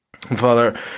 Father